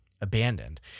abandoned